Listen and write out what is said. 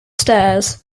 stairs